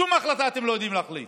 שום החלטה אתם לא יודעים להחליט.